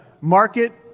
market